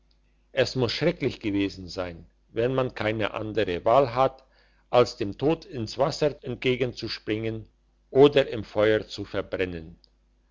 es muss schrecklich sein wenn man keine andere wahl hat als dem tod ins wasser entgegenzuspringen oder im feuer zu verbrennen